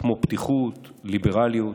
כמו פתיחות, ליברליות